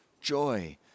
joy